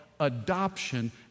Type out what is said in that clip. adoption